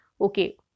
okay